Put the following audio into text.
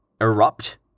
erupt